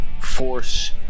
force